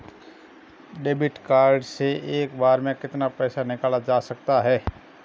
Debit card से एक बार में कितना पैसा निकाला जा सकता है?